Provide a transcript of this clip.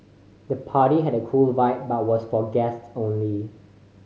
the party had a cool vibe but was for guests only